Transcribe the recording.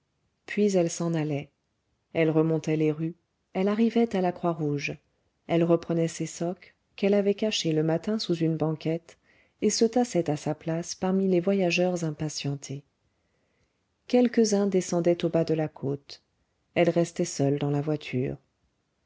puis elle s'en allait elle remontait les rues elle arrivait à la croix rouge elle reprenait ses socques qu'elle avait cachés le matin sous une banquette et se tassait à sa place parmi les voyageurs impatientés quelques-uns descendaient au bas de la côte elle restait seule dans la voiture